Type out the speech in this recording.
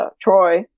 Troy